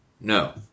No